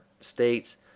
states